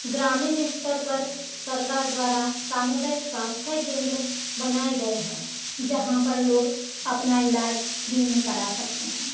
ग्रामीण स्तर पर सरकार द्वारा सामुदायिक स्वास्थ्य केंद्र बनाए गए हैं जहाँ पर लोग अपना इलाज फ़्री में करा सकते हैं